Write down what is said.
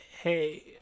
hey